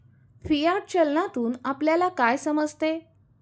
Fiat चलनातून आपल्याला काय समजते?